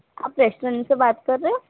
آپ ریسٹورینٹ سے بات کر رہے